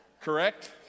Correct